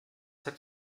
hat